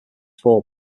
fall